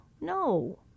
No